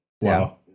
Wow